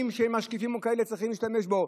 שמשקיפים או כאלה צריכים להשתמש בו.